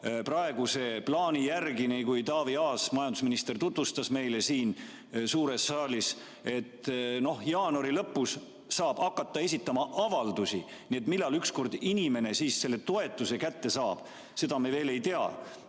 Praeguse plaani järgi, nii nagu Taavi Aas, majandusminister tutvustas meile siin suures saalis, saab jaanuari lõpus hakata esitama avaldusi. Millal ükskord inimene selle toetuse kätte saab, seda me veel ei tea.